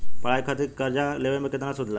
पढ़ाई खातिर कर्जा लेवे पर केतना सूद लागी?